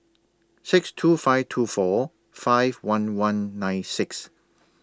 six two five two four five one one nine six